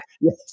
Yes